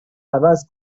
عوض